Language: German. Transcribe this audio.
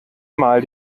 mal